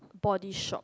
Body Shop